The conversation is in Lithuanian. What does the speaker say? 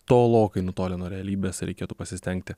tolokai nutolę nuo realybės reikėtų pasistengti